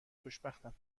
خوشبختم